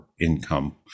income